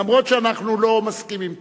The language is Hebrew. למרות שאנחנו לא מסכימים תמיד.